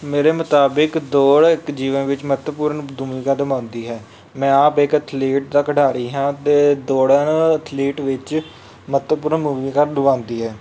ਮੇਰੇ ਮੁਤਾਬਿਕ ਦੌੜ ਇੱਕ ਜੀਵਨ ਵਿੱਚ ਮਹੱਤਵਪੂਰਨ ਭੂਮਿਕਾ ਨਿਭਾਉਂਦੀ ਹੈ ਮੈਂ ਆਪ ਇੱਕ ਐਥਲੀਟ ਦਾ ਖਿਡਾਰੀ ਹਾਂ ਅਤੇ ਦੌੜਨ ਐਥਲੀਟ ਵਿੱਚ ਮਹੱਤਵਪੂਰਨ ਭੂਮਿਕਾ ਨਿਭਾਉਂਦੀ ਹੈ